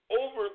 over